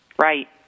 Right